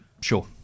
Sure